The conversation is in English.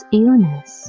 illness